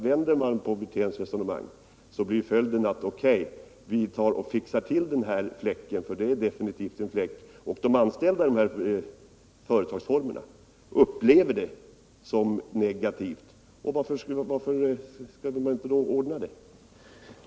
Vänder man på Rolf Wirténs resonemang blir slutsatsen: O. K., vi fixar till den här fläcken - för det är definitivt cn fläck, och de anställda inom den här företagsformen upplever detta som något negativt. Varför skulle man inte ordna detta då?